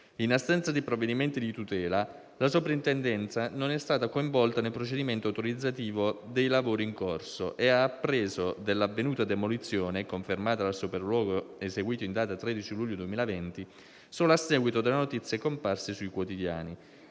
In assenza di provvedimenti di tutela, la Soprintendenza non è stata coinvolta nel procedimento autorizzativo dei lavori in corso e ha appreso dell'avvenuta demolizione, confermata dal sopralluogo eseguito in data 13 luglio 2020, solo a seguito delle notizie comparse sui quotidiani.